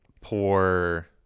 poor